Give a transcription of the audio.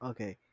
Okay